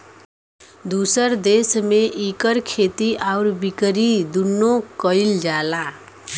दुसर देस में इकर खेती आउर बिकरी दुन्नो कइल जाला